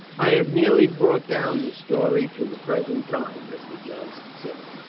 i have nearly brought down the story to the present time, mr. johnson said.